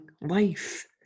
life